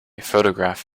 photograph